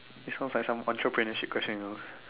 it sounds like some entrepreneur shit question you know